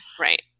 Right